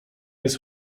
jest